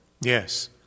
Yes